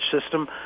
system